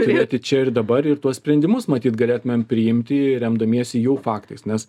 turėti čia ir dabar ir tuos sprendimus matyt galėtumėm priimti remdamiesi jų faktais nes